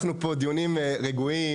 אנחנו פה בדיונים רגועים,